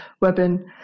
weapon